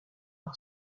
par